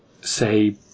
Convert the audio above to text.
say